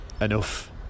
enough